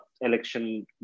election